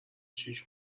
شیش